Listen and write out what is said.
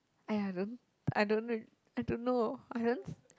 !aiya! don't I don't really I don't know I don't